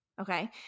Okay